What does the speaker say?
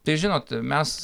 tai žinot mes